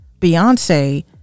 Beyonce